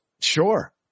Sure